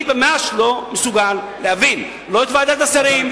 אני ממש לא מסוגל להבין את ועדת השרים,